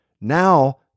Now